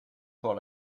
pour